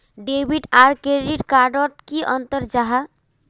Debit आर credit card डोट की अंतर जाहा?